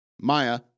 Maya